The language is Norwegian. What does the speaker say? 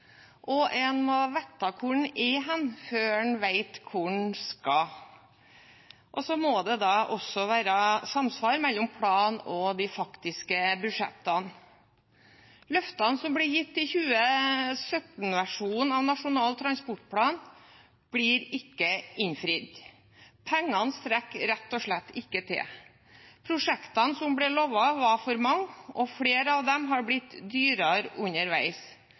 samfunnet. En må vite hvor en er, før en vet hvor en skal. Så må det også være samsvar mellom plan og de faktiske budsjettene. Løftene som ble gitt i 2017-versjonen av Nasjonal transportplan, blir ikke innfridd. Pengene strekker rett og slett ikke til. Prosjektene som ble lovet, var for mange, og flere av dem har blitt dyrere underveis.